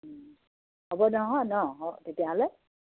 হ'ব দেই অঁ ন তেতিয়াহ'লে